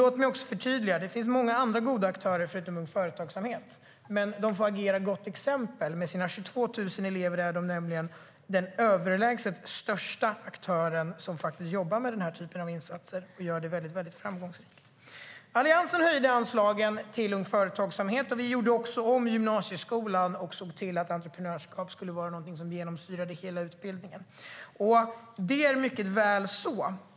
Låt mig också förtydliga: Det finns många andra goda aktörer förutom Ung Företagsamhet, men UF får agera gott exempel. Med sina 22 000 elever är UF den överlägset största aktören som jobbar med den här typen av insatser, och man gör det väldigt framgångsrikt. Alliansen höjde anslagen till Ung Företagsamhet. Vi gjorde också om gymnasieskolan och såg till att entreprenörskap skulle vara något som genomsyrade hela utbildningen. Det är mycket gott så.